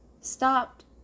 stopped